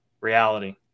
reality